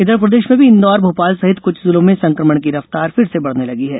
इधर प्रदेश में भी इंदौर भोपला सहित कुछ जिलों में संक्रमण की रफ्तार फिर से बढ़ने लगी है